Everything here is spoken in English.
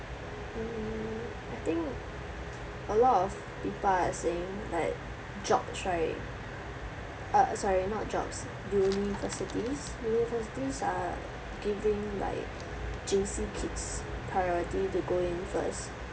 hmm I think a lot of people are saying like jobs right uh sorry not jobs universities universities are giving like J_C kids priority to go in first